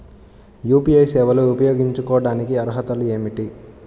UPI సేవలు ఉపయోగించుకోటానికి అర్హతలు ఏమిటీ?